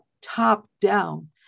top-down